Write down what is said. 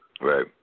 Right